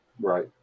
Right